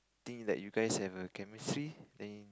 think that you guys have a chemistry then